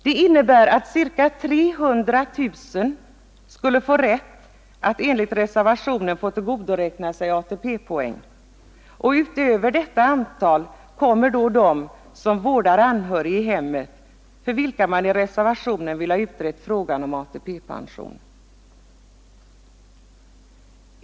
Detta innebär att ca 300 000 personer skulle få rätt att enligt reservationen få tillgodoräkna sig ATP-poäng. Utöver detta antal tillkommer de som vårdar anhörig i hemmet, för vilka man i reservationen vill ha utrett frågan om ATP-pension.